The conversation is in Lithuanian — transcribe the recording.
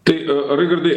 tai raigardai